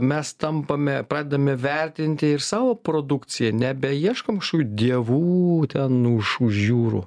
mes tampame pradedame vertinti ir savo produkciją nebeieškom kažkokių dievų ten už už jūrų